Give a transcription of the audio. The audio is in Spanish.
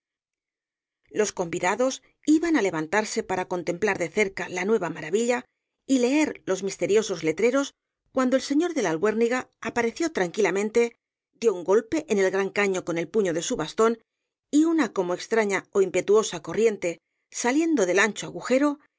los convidados iban á levantarse para contemplar el caballero de las botas azules de cerca la nueva maravilla y leer los misteriosos letreros cuando el señor de la albuérniga apareció tranquilamente dio un golpe en el gran caño con el puño de su bastón y una como extraña ó impetuosa corriente saliendo del ancho agujero